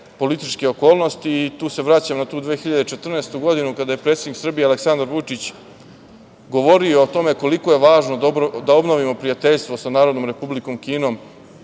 političke okolnosti i tu se vraćam na tu 2014. godinu, kada je predsednik Srbije Aleksandar Vučić govorio o tome koliko je važno da obnovimo prijateljstvo sa Narodnom Republikom Kinom